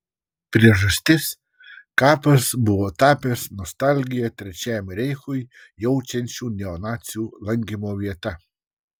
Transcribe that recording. priežastis kapas buvo tapęs nostalgiją trečiajam reichui jaučiančių neonacių lankymo vieta